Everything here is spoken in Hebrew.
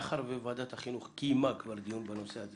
מאחר ווועדת החינוך קיימה כבר דיון בנושא הזה